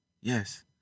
Yes